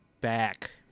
back